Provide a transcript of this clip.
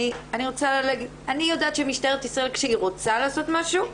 אני יודעת שמשטרת ישראל כשהיא רוצה לעשות משהו,